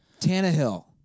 Tannehill